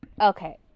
okay